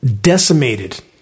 decimated